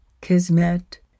kismet